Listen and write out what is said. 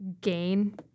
gain